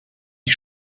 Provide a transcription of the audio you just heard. ich